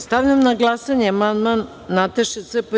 Stavljam na glasanje amandman Nataša Sp.